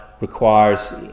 requires